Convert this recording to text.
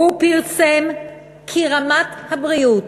והוא פרסם כי רמת הבריאות